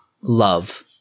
love